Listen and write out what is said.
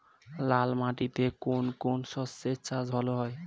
লাল মাটিতে কোন কোন শস্যের চাষ ভালো হয়?